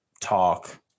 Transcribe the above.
talk